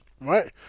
right